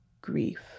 grief